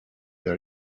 leur